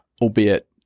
albeit